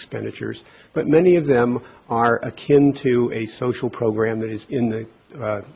expenditures but many of them are akin to a social program that is in the